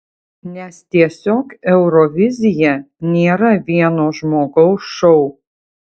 nes tiesiog eurovizija nėra vieno žmogaus šou